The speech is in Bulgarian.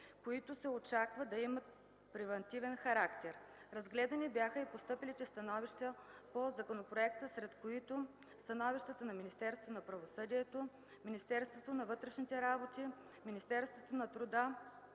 които се очаква да имат превантивен характер. Разгледани бяха и постъпилите становища по Законопроекта, сред които и становищата на Министерството на правосъдието, Министерството на вътрешните работи, Министерството на труда